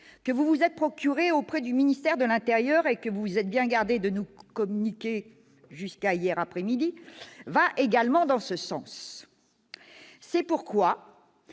que vous vous êtes procuré auprès du ministère de l'intérieur, et que vous vous êtes bien gardé de nous communiquer jusqu'à hier après-midi, monsieur le rapporteur, va également dans ce sens. C'est pourquoi